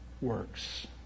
works